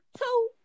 two